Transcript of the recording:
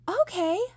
Okay